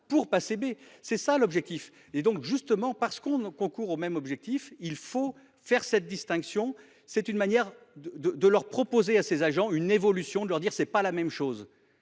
pour passer mais c'est ça l'objectif. Et donc justement parce qu'on ne concourent au même objectif. Il faut faire cette distinction. C'est une manière de, de, de leur proposer à ses agents une évolution de leur dire c'est pas la même chose.